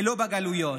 ולא בגלויות.